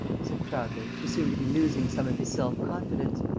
said prasville, who seemed to be losing some of his self-confidence.